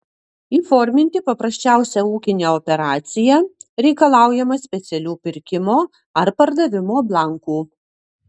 įforminti paprasčiausią ūkinę operaciją reikalaujama specialių pirkimo ar pardavimo blankų